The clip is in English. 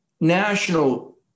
national